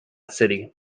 city